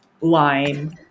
lime